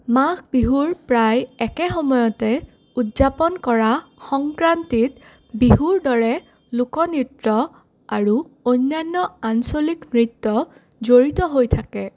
মাঘ বিহুৰ প্ৰায় একে সময়তে উদযাপন কৰা সংক্ৰান্তিত বিহুৰ দৰে লোকনৃত্য আৰু অন্যান্য আঞ্চলিক নৃত্য জড়িত হৈ থাকে